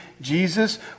Jesus